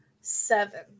Seven